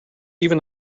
even